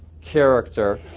character